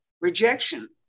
Rejection